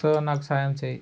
so నాకు సాయం చేయి